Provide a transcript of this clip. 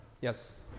yes